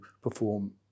perform